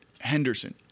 Henderson